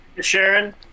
Sharon